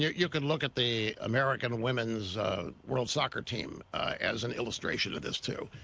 you can look at the american women's world soccer team as an illustration of this too.